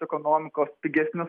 ekonomikos pigesnius